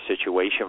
situation